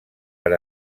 per